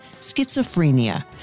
schizophrenia